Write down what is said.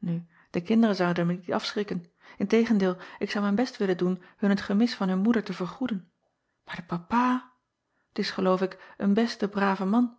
u de kinderen zouden mij niet afschrikken in tegendeel ik zou mijn best willen doen hun het gemis van hun moeder te vergoeden maar de papa t is geloof ik een beste brave man